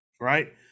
Right